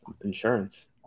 insurance